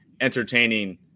entertaining